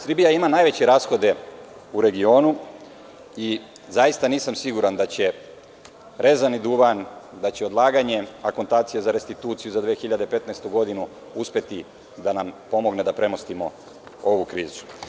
Srbija ima najveće rashode u regionu i zaista nisam siguran da će rezani duvan, da će odlaganje akontacija za restituciju za 2015. godinu uspeti da nam pomogne da premostimo ovu krizu.